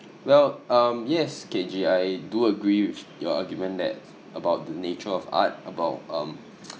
well um yes K G I do agree with your argument that about the nature of art about um